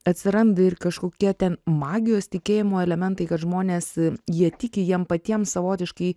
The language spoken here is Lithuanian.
atsiranda ir kažkokie ten magijos tikėjimo elementai kad žmonės jie tiki jiem patiem savotiškai